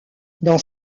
dans